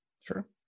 Sure